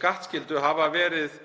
skattskyldu hafa verið